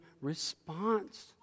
response